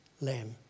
lamb